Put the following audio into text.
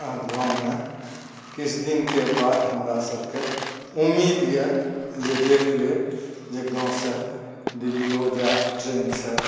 गाँवमे किछु दिनके बाद हमरा सबके उम्मीद यऽ जे देख लेब जे गाँवसँ दिल्लिओ जायब ट्रेनसँ